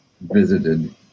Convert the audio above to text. visited